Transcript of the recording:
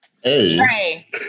Hey